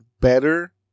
better